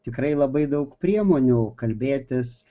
tikrai labai daug priemonių kalbėtis